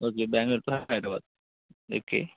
okay Bengaluru to Hyderabad ఎక్కి